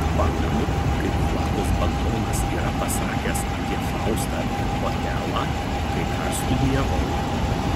pamenu kaip vladas bagdonas yra pasakęs apie faustą ir otelą kai dar studijavau